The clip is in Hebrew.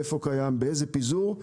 איפה קיים ובאיזה פיזור,